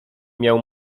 miał